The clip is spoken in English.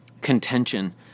contention